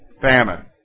Famine